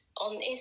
on